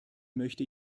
möchte